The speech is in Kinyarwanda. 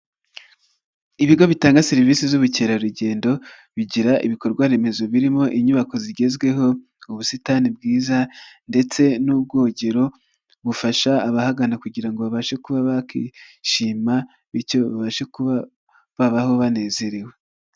Ibigo bitanga serivisi z'ubukerarugendo, bigira ibikorwa remezo birimo inyubako zigezweho, ubusitani bwiza ndetse n'ubwogero bufasha abahagana kugira babashe kuba bakwishima, bityo babashe kuba babaho banezerewe.